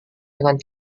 dengan